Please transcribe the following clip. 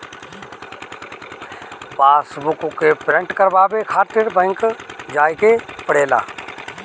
passbook के print करवावे खातिर बैंक जाए के पड़ेला